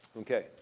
Okay